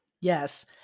Yes